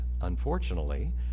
unfortunately